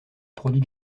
produits